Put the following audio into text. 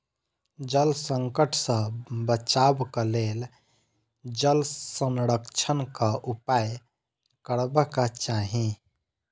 जल संकट सॅ बचबाक लेल जल संरक्षणक उपाय करबाक चाही